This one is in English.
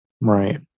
Right